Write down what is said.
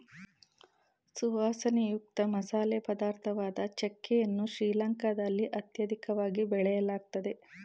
ಸುವಾಸನೆಯುಕ್ತ ಮಸಾಲೆ ಪದಾರ್ಥವಾದ ಚಕ್ಕೆ ಯನ್ನು ಶ್ರೀಲಂಕಾದಲ್ಲಿ ಅತ್ಯಧಿಕವಾಗಿ ಬೆಳೆಯಲಾಗ್ತದೆ